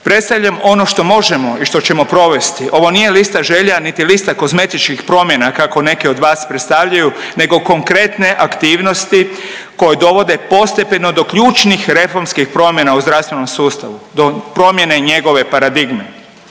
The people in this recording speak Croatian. Predstavljam ono što možemo i što ćemo provesti. Ovo nije lista želja, niti lista kozmetičkih promjena kako neki od vas predstavljaju nego konkretne aktivnosti koje dovode postepeno do ključnih reformskih promjena u zdravstvenom sustavu, do promjene njegove paradigme.